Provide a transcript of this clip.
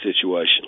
situation